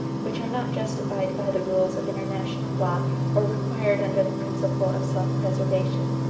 which are not justified by the rules of international law or required under the principle of self-preservation.